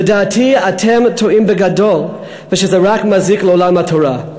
לדעתי, אתם טועים בגדול וזה רק מזיק לעולם התורה.